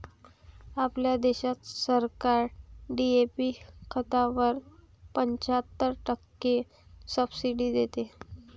आपल्या देशात सरकार डी.ए.पी खतावर पंच्याहत्तर टक्के सब्सिडी देते